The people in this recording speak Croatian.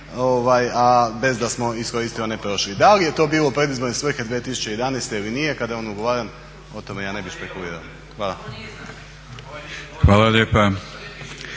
bez da smo iskoristili onaj prošli. Da li je to bilo u predizborne svrhe 2011.ili nije kada je on ugovaran o to me ja ne bi špekulirao. Hvala. **Batinić,